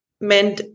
men